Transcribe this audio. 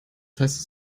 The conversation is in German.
heißt